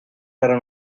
para